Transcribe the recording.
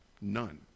None